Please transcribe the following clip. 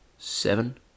Seven